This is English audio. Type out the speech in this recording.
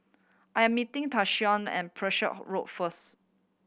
I am meeting Tayshaun at Road first